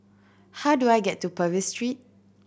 how do I get to Purvis Street